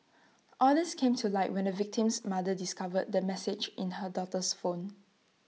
all these came to light when the victim's mother discovered the messages in her daughter's phone